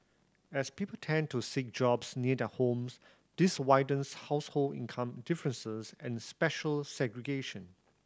as people tend to seek jobs near their homes this widens household income differences and spatial segregation